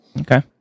Okay